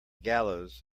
gallows